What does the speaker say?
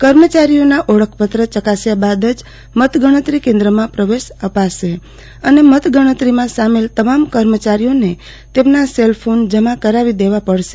કર્મચારીઓના ઓળખપત્ર ચકાસ્યા બાદ જ મતગણતરી કેન્દ્રમાં પ્રવેશ આપશે અને મતગણતરીમાં સામેલ ન્કારામાંચારીઓને તેમના સેલફોન જમા કરાવી દેવા પડશે